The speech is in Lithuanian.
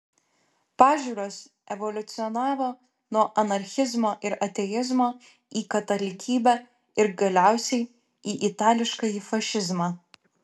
pažiūros evoliucionavo nuo anarchizmo ir ateizmo į katalikybę ir galiausiai į itališkąjį fašizmą